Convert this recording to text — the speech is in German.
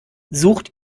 sucht